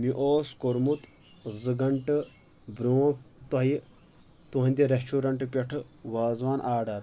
مےٚ اوس کوٚرمُت زٕ گنٹہٕ برونٛہہ تۄہہِ تہنٛدِ رسٹورنٛٹ پٮ۪ٹھہٕ وازوان آرڈر